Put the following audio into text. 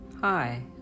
Hi